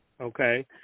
Okay